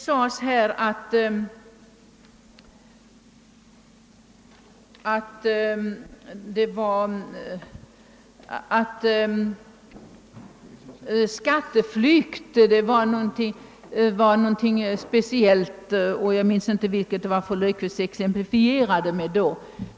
Jag minns inte med vilket uttryck fru Löfqvist betecknade begreppet skatteflykt.